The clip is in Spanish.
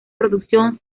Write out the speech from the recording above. producción